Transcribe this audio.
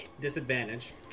Disadvantage